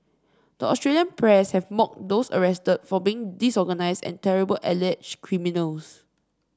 the Australian press have mocked those arrested for being disorganised and terrible alleged criminals